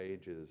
ages